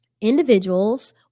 individuals